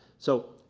so,